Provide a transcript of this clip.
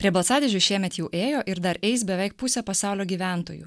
prie balsadėžių šiemet jau ėjo ir dar eis beveik pusė pasaulio gyventojų